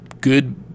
good